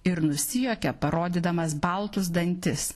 ir nusijuokia parodydamas baltus dantis